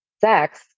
sex